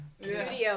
studio